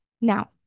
now